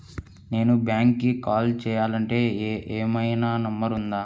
నేను బ్యాంక్కి కాల్ చేయాలంటే ఏమయినా నంబర్ ఉందా?